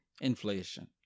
Inflation